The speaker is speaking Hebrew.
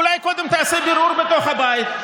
אולי קודם תעשה בירור בתוך הבית?